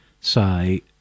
say